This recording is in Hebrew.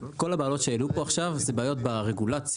הבעיות שהעלו פה עכשיו זה בעיות ברגולציה,